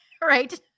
Right